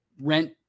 rent